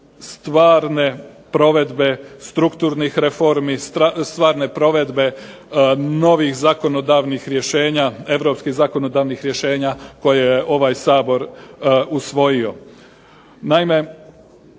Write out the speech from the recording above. stvarne provedbe strukturnih reformi, stvarne provedbe novih zakonodavnih rješenja, europskih zakonodavnih rješenja koje je ovaj Sabor usvojio.